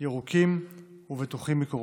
ירוקים ובטוחים מקורונה.